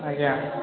ଆଜ୍ଞା